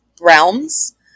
realms